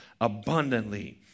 abundantly